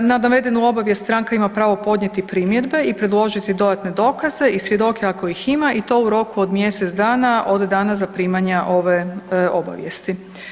Na navedenu obavijest stranka ima pravo podnijeti primjedbe i predložiti dodatne dokaze i svjedoke ako ih ima i to u roku od mjesec dana od dana zaprimanja ove obavijesti.